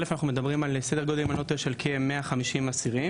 אנחנו מדברים על סדר גודל של כ-150 אסירים,